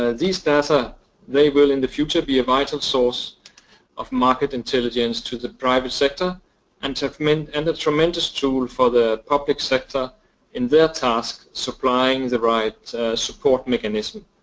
ah these data they will in the future be a vital source of market intelligence to the private sector and i mean and a tremendous tool for the public sector in their task supplying the right support mechanism.